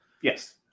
Yes